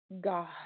God